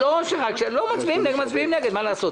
אם הם מצביעים נגד מה לעשות.